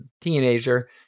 teenager